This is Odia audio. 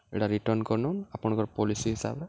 ଇଟା ରିଟର୍ଣ୍ଣ୍ କରୁନ୍ ଆପଣ୍କର୍ ପଲିସି ହିସାବ୍ରେ